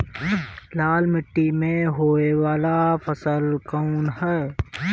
लाल मीट्टी में होए वाला फसल कउन ह?